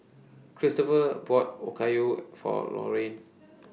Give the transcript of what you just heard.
Cristopher bought Okayu For Laurine